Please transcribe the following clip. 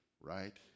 right